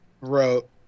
wrote